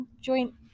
joint